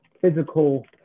physical